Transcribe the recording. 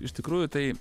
iš tikrųjų tai